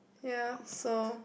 ya so